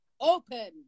open